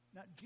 Now